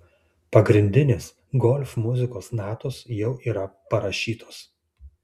pagrindinės golf muzikos natos jau yra parašytos